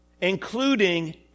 Including